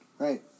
Right